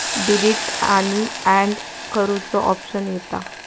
delete आणि and करुचो option येता